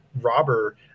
robber